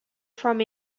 from